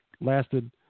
lasted